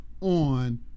on